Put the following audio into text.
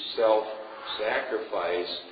self-sacrifice